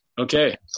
Okay